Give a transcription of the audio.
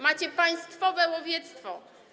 Macie państwowe łowiectwo.